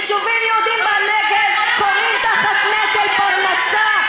יישובים יהודיים בנגב כורעים תחת נטל פרנסה,